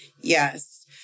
yes